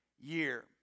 year